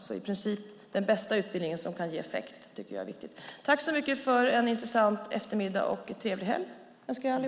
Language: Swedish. Det är viktigt med den bästa utbildningen som kan ge effekt. Tack för en intressant eftermiddag! Jag önskar allihop en trevlig helg.